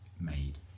made